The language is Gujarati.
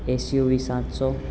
એસયુવી સાતસો